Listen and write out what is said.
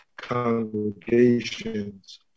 congregations